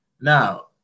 Now